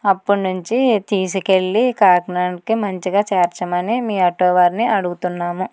అప్పటి నుంచి తీసుకెళ్ళి కాకినాడకి మంచిగా చేర్చమని మీ ఆటో వారిని అడుగుతున్నాము